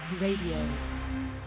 Radio